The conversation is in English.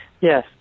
Yes